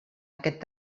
aquest